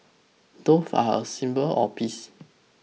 doves are a symbol of peace